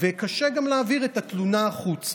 וקשה גם להעביר את התלונה החוצה.